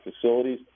facilities